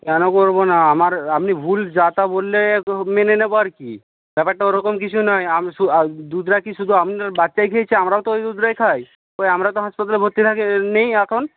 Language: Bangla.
কেন করবো না আমার আপনি ভুল যা তা বললে মেনে নেব আর কি ব্যাপারটা ওরকম কিছু নয় দুধটা কি শুধু আপনার বাচ্চাই খেয়েছে আমরাও তো ওই দুধটাই খাই কই আমরা তো হাসপাতালে ভর্তি নেই এখন